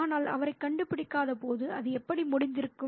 ஆனால் அவரை கண்டு பிடிக்காத போது அது எப்படி முடிந்திருக்கும்